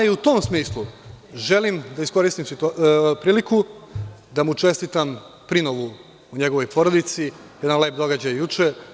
U tom smislu, želim da iskoristim priliku da mu čestitam prinovu u njegovoj porodici, jedan lep događaj juče.